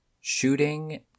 shooting